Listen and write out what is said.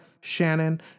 Shannon